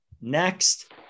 next